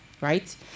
right